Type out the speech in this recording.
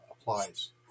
applies